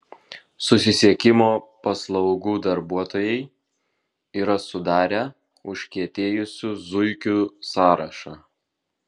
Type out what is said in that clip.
susisiekimo paslaugų darbuotojai yra sudarę užkietėjusių zuikių sąrašą